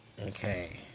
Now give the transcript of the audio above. Okay